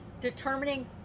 determining